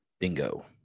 dingo